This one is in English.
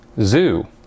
Zoo